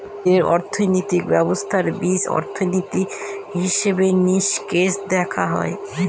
ভারতীয় অর্থনীতি ব্যবস্থার বীজ অর্থনীতি, হিসেব নিকেশ দেখা হয়